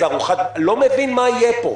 אני לא מבין מה יהיה פה.